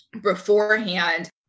beforehand